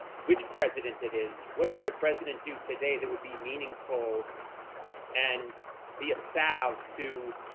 which president it is, what could a president do today that would be meaningful and be a salve to